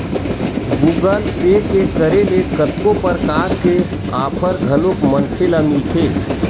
Google Pay के करे ले कतको परकार के आफर घलोक मनखे ल मिलथे